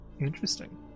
Interesting